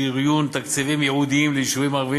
שריון תקציבים ייעודיים ליישובים ערביים